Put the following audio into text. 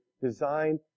designed